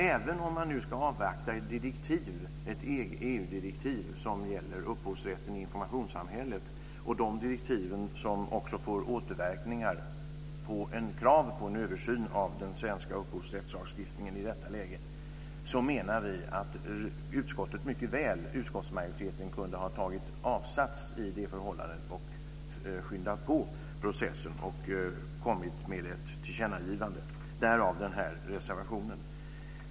Även om man nu ska avvakta ett EU-direktiv som gäller upphovsrätten i informationssamhället, ett direktiv som också får återverkningar på krav på en översyn av den svenska upphovsrättslagstiftningen i detta läge, menar vi att utskottsmajoriteten mycket väl kunde ha tagit avstamp i detta och skynda på processen genom att föreslå ett tillkännagivande. Det är bakgrunden till den här reservationen.